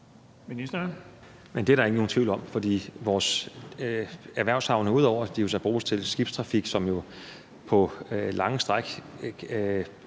Det er der ikke nogen tvivl om, for vores erhvervshavne bliver, ud over at de jo bruges til skibstrafik – og det er jo på lange stræk